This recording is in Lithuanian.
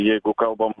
jeigu kalbam